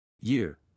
Year